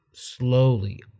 slowly